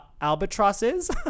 albatrosses